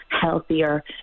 healthier